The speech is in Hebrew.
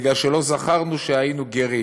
בגלל שלא זכרנו שהיינו גרים,